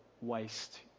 waste